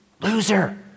loser